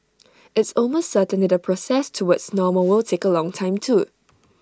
it's almost certain that the process towards normal will take A long time too